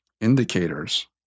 indicators